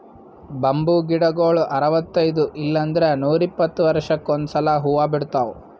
bamboo ಗಿಡಗೊಳ್ ಅರವತೈದ್ ಇಲ್ಲಂದ್ರ ನೂರಿಪ್ಪತ್ತ ವರ್ಷಕ್ಕ್ ಒಂದ್ಸಲಾ ಹೂವಾ ಬಿಡ್ತಾವ್